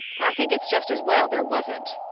i think it's just as well there wasn't,